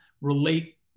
relate